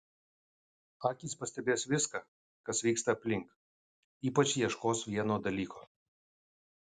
akys pastebės viską kas vyksta aplink ypač ieškos vieno dalyko